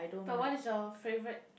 but what is your favourite